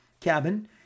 cabin